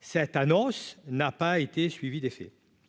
cette annonce n'a pas été suivies d'effet,